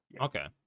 Okay